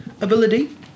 Ability